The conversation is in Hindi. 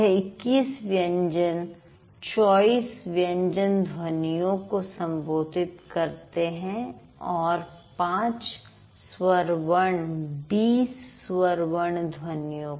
यह २१ व्यंजन २४ व्यंजन ध्वनियों को संबोधित करते हैं और ५ स्वर वर्ण २० स्वर वर्ण ध्वनियों को